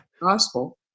gospel